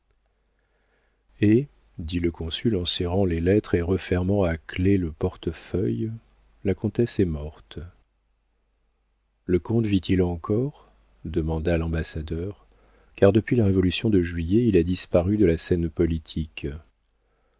et dit le consul en serrant les lettres et refermant à clef le portefeuille la comtesse est morte le comte vit-il encore demanda l'ambassadeur car depuis la révolution de juillet il a disparu de la scène politique